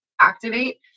activate